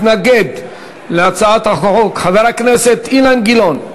מתנגד להצעת החוק חבר הכנסת אילן גילאון.